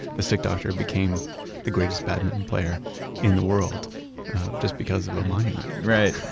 the stick doctor became the greatest badminton player in the world just because of a monument right.